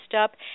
up